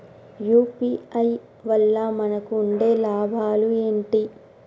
UPI వల్ల మనకు ఉండే లాభాలు ఏంటి?